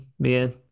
Bien